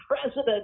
president